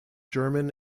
german